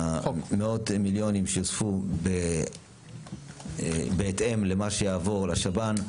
למאות מיליונים שיוספו בהתאם למה שיעבור לשב"ן,